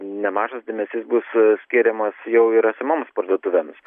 nemažas dėmesys bus skiriamas jau ir esamoms parduotuvėms